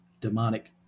demonic